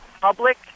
public